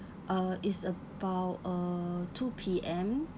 uh it's about uh two P_M